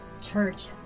church